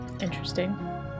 interesting